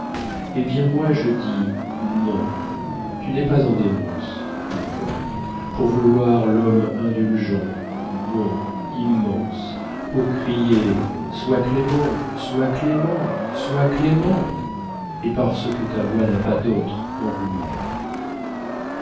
eh bien moi je dis non tu n'es pas en démence mon cœur pour vouloir l'homme indulgent bon immense pour crier sois clément sois clément sois clément et parce que ta voix n'a pas d'autre